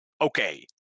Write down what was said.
okay